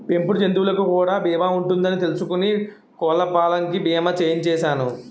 పెంపుడు జంతువులకు కూడా బీమా ఉంటదని తెలుసుకుని కోళ్ళపాం కి బీమా చేయించిసేను